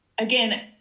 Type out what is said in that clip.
Again